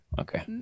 okay